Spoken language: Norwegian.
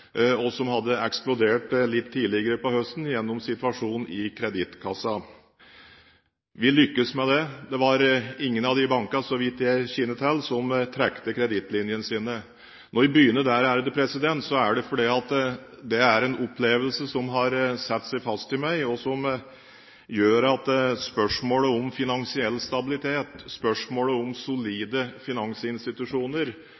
og som hadde eksplodert litt tidligere på høsten gjennom situasjonen i Kredittkassen. Vi lyktes med det, det var ingen av de bankene – så vidt jeg kjenner til – som trakk kredittlinjene sine. Når vi begynner der, er det fordi det er en opplevelse som har satt seg fast i meg, og som gjør at spørsmålet om finansiell stabilitet, spørsmålet om